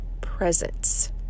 presence